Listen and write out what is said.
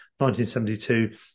1972